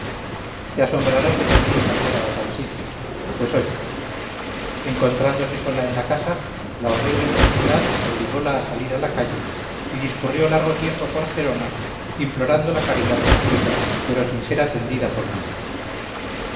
te asombrarás de que mi hija fuera a tal sitio pues oye encontrándose sola en la casa la horrible necesidad obligola a salir a la calle y discurrió largo tiempo por gerona implorando la caridad pública pero sin ser atendida por nadie